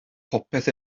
popeth